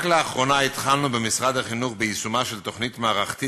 רק לאחרונה התחלנו במשרד החינוך ביישומה של תוכנית מערכתית